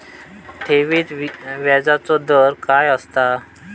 ठेवीत व्याजचो दर काय असता?